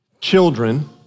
children